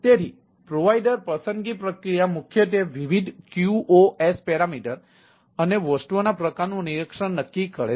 તેથી પ્રોવાઇડર પસંદગી પ્રક્રિયા મુખ્યત્વે વિવિધ QoS પેરામીટરો અને વસ્તુઓના પ્રકારોનું નિરીક્ષણ નક્કી કરે છે